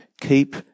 keep